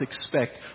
expect